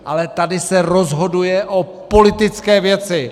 Ale tady se rozhoduje o politické věci.